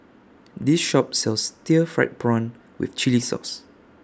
This Shop sells Stir Fried Prawn with Chili Sauce